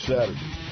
Saturday